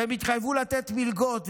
והם התחייבו לתת מלגות,